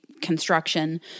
construction